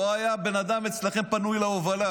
לא היה אצלכם בן אדם פנוי להובלה.